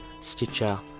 Stitcher